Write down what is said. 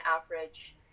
average